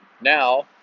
now